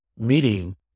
meeting